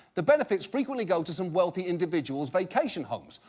the benefits frequently go to some wealthy individual's vacation homes.